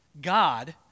God